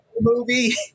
movie